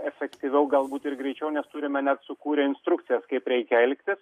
efektyviau galbūt ir greičiau nes turime net sukūrę instrukcijas kaip reikia elgtis